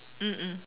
mm mm